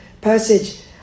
passage